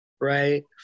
Right